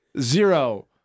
zero